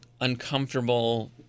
uncomfortable